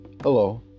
Hello